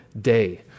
day